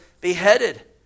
beheaded